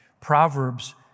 proverbs